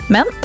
Men